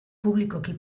publikoki